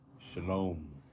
shalom